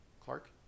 Clark